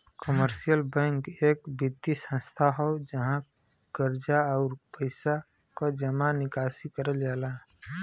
commercial bank एक वित्तीय संस्थान हौ जहाँ कर्जा, आउर पइसा क जमा निकासी करल जाला